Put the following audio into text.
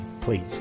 please